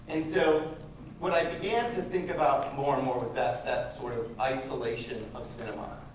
and so what i began to think about more and more was that that sort of isolation of cinema.